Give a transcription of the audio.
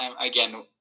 again